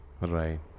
Right